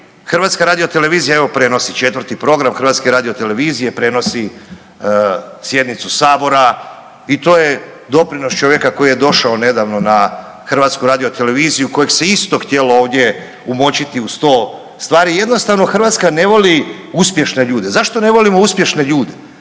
govori. HRT prenosi evo prenosi, 4 program HRT-a prenosi sjednicu Sabora i to je doprinos čovjeka koji je došao nedavno na HRT kojeg se isto htjelo ovdje umočiti u 100 stvari. Jednostavno Hrvatska ne voli uspješne ljude. Zašto ne volimo uspješne ljude?